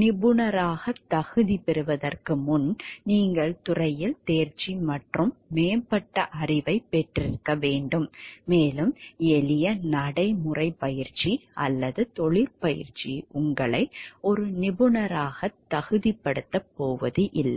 நிபுணராக தகுதி பெறுவதற்கு முன் நீங்கள் துறையில் தேர்ச்சி மற்றும் மேம்பட்ட அறிவைப் பெற்றிருக்க வேண்டும் மேலும் எளிய நடைமுறைப் பயிற்சி அல்லது தொழிற்பயிற்சி உங்களை ஒரு நிபுணராகத் தகுதிப்படுத்தப் போவதில்லை